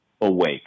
awake